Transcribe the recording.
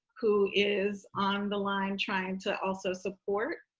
who is on the line trying to also support.